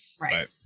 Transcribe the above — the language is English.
Right